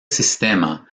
sistema